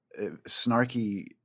snarky